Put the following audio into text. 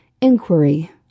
Inquiry